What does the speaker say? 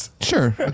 Sure